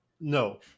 no